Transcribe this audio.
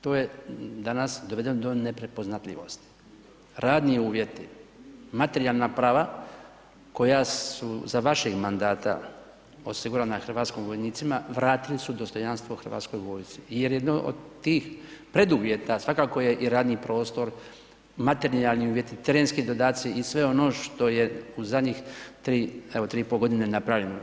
To je danas dovedeno do neprepoznatljivosti, radni uvjeti, materijalna prava koja su za vašeg mandata osigurana hrvatskim vojnicima vratila su dostojanstvo Hrvatskoj vojsci jer jedno od tih preduvjeta svakako je i radni prostor, materijalni uvjeti, terenski dodaci i sve ono što je u zadnjih 3, evo 3,5 godine napravljeno.